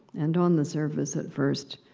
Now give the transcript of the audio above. and on the surface, at first,